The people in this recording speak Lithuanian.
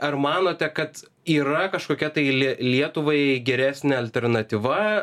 ar manote kad yra kažkokia tai lie lietuvai geresnė alternatyva